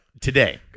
Today